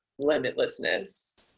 limitlessness